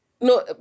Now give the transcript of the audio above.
No